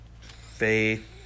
faith